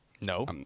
No